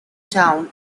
town